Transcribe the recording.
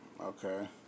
Okay